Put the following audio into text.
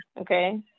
okay